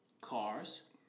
cars